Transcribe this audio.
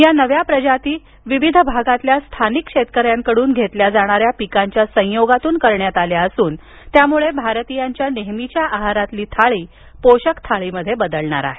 या नव्या प्रजातीं विविध भागातील स्थानिक शेतकऱ्यांकडून घेतल्या जाणाऱ्या पिकांच्या संयोगातून करण्यात आल्या असून त्यामुळे भारतीयांच्या नेहमीच्या आहारातील थाळी पोषक थाळीमध्ये बदलणार आहे